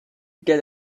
get